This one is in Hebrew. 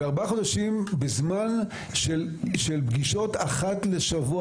ארבעה חודשים בזמן של פגישות אחת לשבוע,